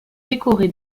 décoré